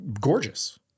gorgeous